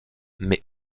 mais